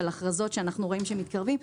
על הכרזות שאנחנו רואים שמתקרבים.